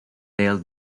dale